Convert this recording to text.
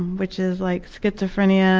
which is like schizophrenia